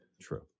true